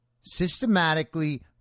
systematically